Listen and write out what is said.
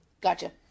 Gotcha